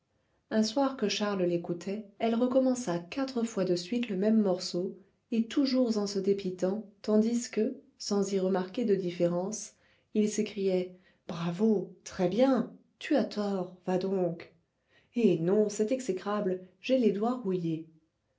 un soir que charles l'écoutait elle recommença quatre fois de suite le même morceau et toujours en se dépitant tandis que sans y remarquer de différence il s'écriait bravo très bien tu as tort va donc eh non c'est exécrable j'ai les doigts rouillés